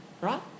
right